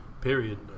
period